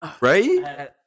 Right